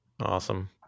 Awesome